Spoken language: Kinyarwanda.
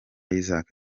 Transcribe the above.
isaac